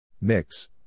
Mix